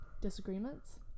disagreements